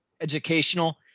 educational